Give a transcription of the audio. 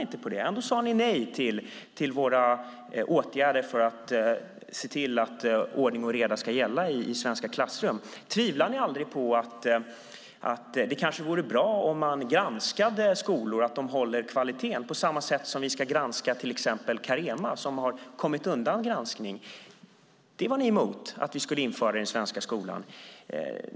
Ni sade nej till våra åtgärder för att se till att ordning och reda skulle gälla i svenska klassrum. Tänker ni aldrig att det kanske vore bra att granska skolor så att de håller kvaliteten, på samma sätt som vi ska granska till exempel Carema som har kommit undan granskning? Ni var emot att införa granskning i den svenska skolan.